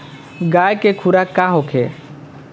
गाय के खुराक का होखे?